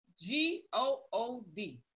G-O-O-D